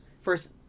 first